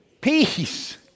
Peace